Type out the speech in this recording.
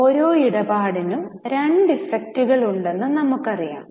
ഓരോ ഇടപാടിനും രണ്ട് ഇഫക്റ്റുകൾ ഉണ്ടെന്ന് നമുക്കറിയാം